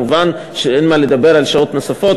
מובן שאין מה לדבר על שעות נוספות,